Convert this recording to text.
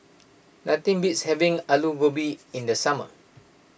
nothing beats having Alu Gobi in the summer